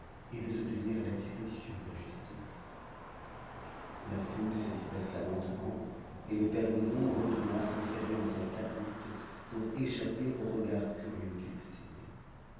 et de se tenir à la disposition de la justice la foule se dispersa lentement et le père louison retourna s'enfermer dans sa cahute pour échapper aux retards curieux